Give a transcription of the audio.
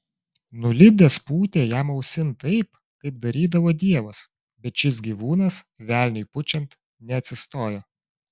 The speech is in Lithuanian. nulipdęs pūtė jam ausin taip kaip darydavo dievas bet šis gyvūnas velniui pučiant neatsistojo